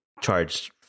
charge